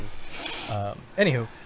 Anywho